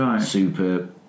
super